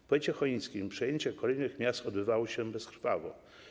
W powiecie chojnickim przejęcie kolejnych miast odbywało się bezkrwawo.